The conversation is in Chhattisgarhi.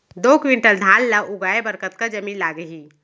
दो क्विंटल धान ला उगाए बर कतका जमीन लागही?